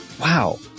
wow